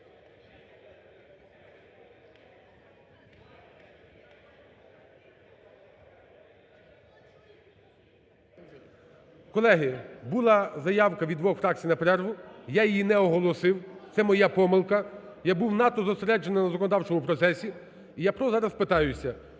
Колеги, була заявка від двох фракцій на перерву. Я її не оголосив, це моя помилка, я був надто зосереджений на законодавчому процесі. Я просто зараз питаюся,